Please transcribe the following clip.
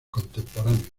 contemporáneos